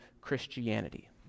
Christianity